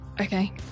okay